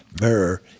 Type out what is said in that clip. mirror